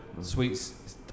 Sweets